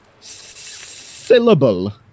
syllable